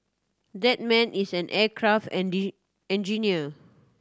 that man is an aircraft engineer